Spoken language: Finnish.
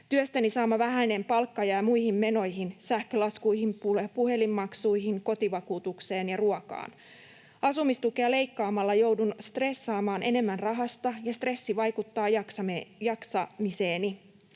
Työstäni saamani vähäinen palkka jää muihin menoihin: sähkölaskuihin, puhelinmaksuihin, kotivakuutukseen ja ruokaan. Asumistukea leikkaamalla joudun stressaamaan enemmän rahasta, ja stressi vaikuttaa jaksamiseeni.